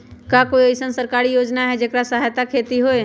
का कोई अईसन सरकारी योजना है जेकरा सहायता से खेती होय?